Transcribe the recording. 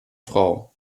frau